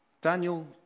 Daniel